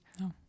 No